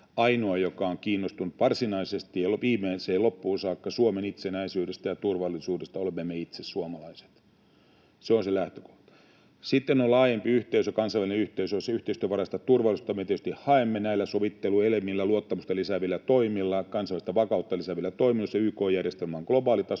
ainoa, joka on kiinnostunut varsinaisesti ja viimeiseen saakka, loppuun saakka, Suomen itsenäisyydestä ja turvallisuudesta, olemme itse me suomalaiset. Se on se lähtökohta. Sitten on laajempi, kansainvälinen yhteisö, jossa yhteistyönvaraista turvallisuutta me tietysti haemme sovitteluelimillä, luottamusta lisäävillä toimilla ja kansainvälistä vakautta lisäävillä toimilla, joissa YK-järjestelmä on globaalitasolla